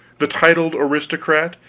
the titled aristocrat,